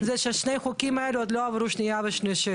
זה שאמרו טעינו, הגיעו לשיא שאמרו טעינו.